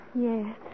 Yes